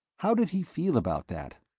how did he feel about that?